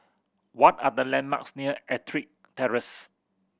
what are the landmarks near Ettrick Terrace